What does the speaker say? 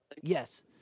Yes